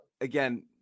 again